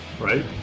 right